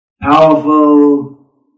powerful